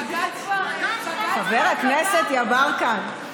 חבר הכנסת יברקן,